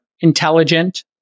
intelligent